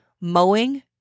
Mowing